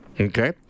Okay